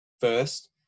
first